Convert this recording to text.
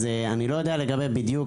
אז אני לא יודע בדיוק לגבי החוק,